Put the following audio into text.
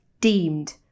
deemed